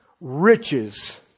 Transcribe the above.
Riches